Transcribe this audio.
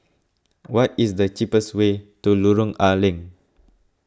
what is the cheapest way to Lorong A Leng